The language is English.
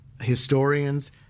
historians